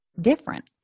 different